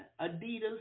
Adidas